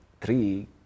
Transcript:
three